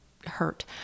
hurt